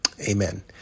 Amen